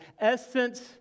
essence